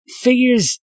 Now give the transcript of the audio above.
figures